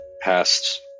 past